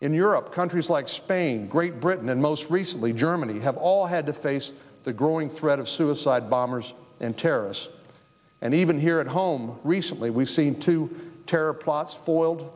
in europe countries like spain great britain and most recently germany have all had to face the growing threat of suicide bombers and terrorists and even here at home recently we've seen two terror plot foiled